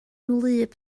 wlyb